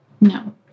no